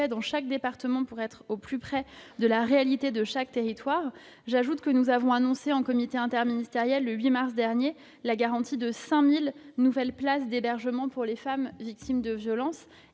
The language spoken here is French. dans chaque département, au plus près de la réalité de chaque territoire. J'ajoute que nous avons annoncé en comité interministériel, le 8 mars dernier, la garantie de 5 000 nouvelles places d'hébergement pour les femmes victimes de violences et